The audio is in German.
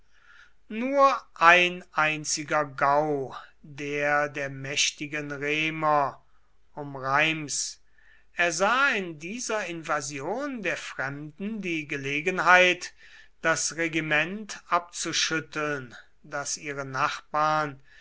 nur ein einziger gau der der mächtigen remer um reims ersah in dieser invasion der fremden die gelegenheit das regiment abzuschütteln das ihre nachbarn